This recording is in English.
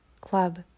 Club